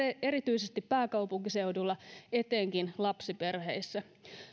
erityisesti pääkaupunkiseudulla etenkin lapsiperheissä